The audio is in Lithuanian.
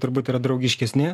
turbūt yra draugiškesni